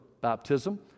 baptism